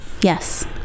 yes